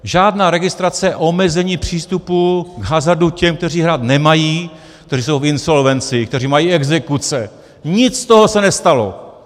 Žádná registrace, omezení přístupu k hazardu těm, kteří hrát nemají, kteří jsou v insolvenci, kteří mají exekuce, nic z toho se nestalo.